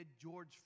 George